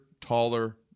taller